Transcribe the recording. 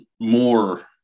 more